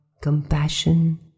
compassion